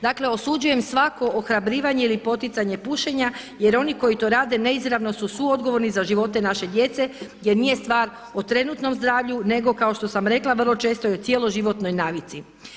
Dakle, osuđujem svako ohrabrivanje ili poticanje pušenja, jer oni koji to rade neizravno su suodgovorni za živote naše djece, jer nije stvar o trenutnom zdravlju nego kao što sam rekla vrlo često je o cjeloživotnoj navici.